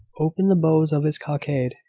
opened the bows of his cockade,